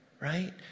Right